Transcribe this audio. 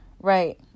Right